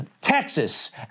Texas